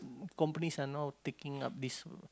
companies are now taking up this